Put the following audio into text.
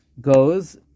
goes